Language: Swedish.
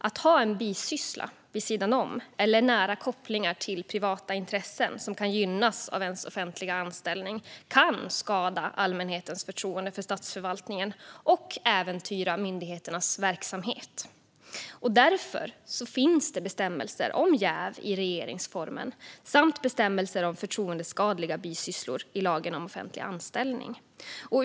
Att ha en bisyssla vid sidan om eller nära kopplingar till privata intressen som kan gynnas av ens offentliga anställning kan skada allmänhetens förtroende för statsförvaltningen och äventyra myndigheternas verksamhet. Därför finns bestämmelser om jäv i regeringsformen, liksom bestämmelser om förtroendeskadliga bisysslor i lagen om offentlig anställning.